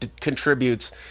contributes